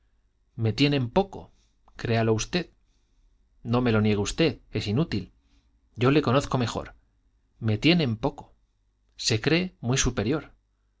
me tiene en poco créalo usted no me lo niegue usted es inútil yo le conozco mejor me tiene en poco se cree muy superior